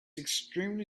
extremely